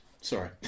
sorry